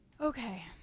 Okay